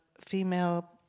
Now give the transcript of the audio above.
female